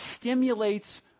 stimulates